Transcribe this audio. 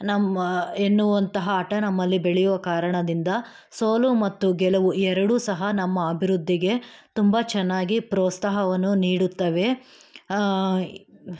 ನಮ್ಮ ಎನ್ನುವಂತಹ ಹಠ ನಮ್ಮಲ್ಲಿ ಬೆಳೆಯುವ ಕಾರಣದಿಂದ ಸೋಲು ಮತ್ತು ಗೆಲುವು ಎರಡೂ ಸಹ ನಮ್ಮ ಅಭಿವೃದ್ಧಿಗೆ ತುಂಬ ಚೆನ್ನಾಗಿ ಪ್ರೋತ್ಸಾಹವನ್ನು ನೀಡುತ್ತವೆ